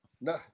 no